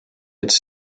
its